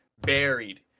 buried